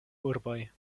urboj